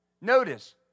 Notice